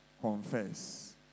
confess